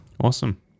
Awesome